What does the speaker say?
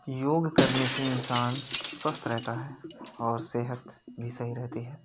योग करने से इंसान स्वस्थ रहता है और सेहत भी सही रहती है